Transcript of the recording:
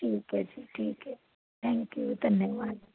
ਠੀਕ ਹੈ ਜੀ ਠੀਕ ਹੈ ਥੈਂਕਿਊ ਧੰਨਵਾਦ